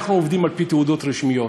אנחנו עובדים על-פי תעודות רשמיות,